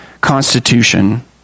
constitution